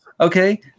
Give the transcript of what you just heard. Okay